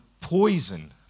poison